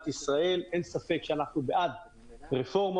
ישראל אין ספק שאנחנו בעד רפורמות,